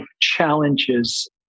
challenges